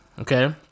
Okay